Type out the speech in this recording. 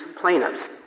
plaintiffs